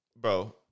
bro